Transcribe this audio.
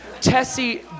Tessie